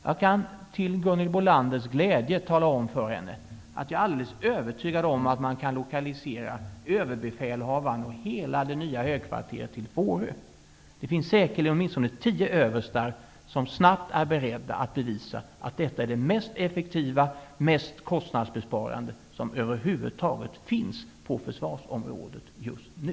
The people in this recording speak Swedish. Jag kan till Gunhilds Bolanders glädje tala om att jag är helt övertygad om att man kan lokalisera Överbefälhavaren och hela det nya högkvarteret till Fårö. Det finns säkert åtminstone tio överstar som snabbt är beredda att bevisa att detta är det mest effektiva och mest kostnadsbesparande över huvud taget på försvarsområdet just nu.